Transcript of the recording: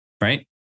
right